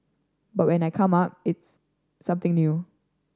but when I come up it's something new